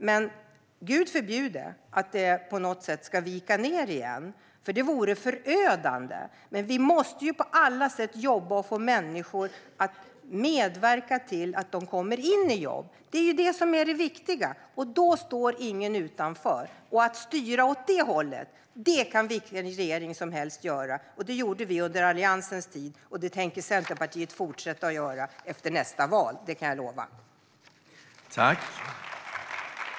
Men Gud förbjude att det på något sätt viker nedåt igen! Det vore förödande. Vi måste på alla sätt jobba på att få människor att medverka till att de kommer in i jobb. Det är det som är det viktiga. Då står ingen utanför. Att styra åt det hållet kan vilken regering som helst göra. Det gjorde vi under Alliansens tid, och det tänker Centerpartiet fortsätta göra efter nästa val. Det kan jag lova.